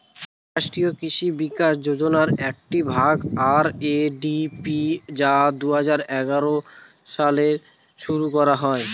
রাষ্ট্রীয় কৃষি বিকাশ যোজনার একটি ভাগ আর.এ.ডি.পি যা দুই হাজার এগারো সালে শুরু করা হয়